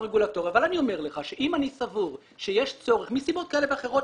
אבל אני אומר לך שאם אני סבור שיש צורך - מסיבות כאלה ואחרות